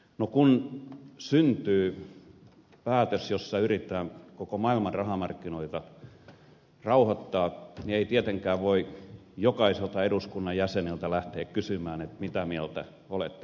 no kun syntyy päätös jossa yritetään koko maailman rahamarkkinoita rauhoittaa niin ei tietenkään voi jokaiselta eduskunnan jäseneltä lähteä kysymään mitä mieltä olet tästä asiasta